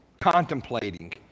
contemplating